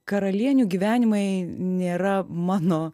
karalienių gyvenimai nėra mano